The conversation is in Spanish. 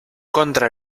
contra